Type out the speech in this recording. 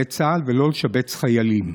לשבץ חיילים.